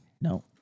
No